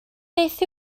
beth